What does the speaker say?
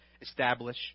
establish